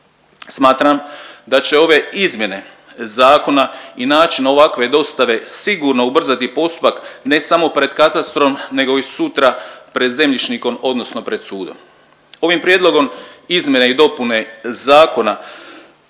Smatram da će ove izmjene zakona i način ovakve dostave sigurno ubrzati postupak ne samo pred katastrom, nego i sutra pred zemljišnikom odnosno pred sudom. Ovim prijedlogom izmjene i dopune zakona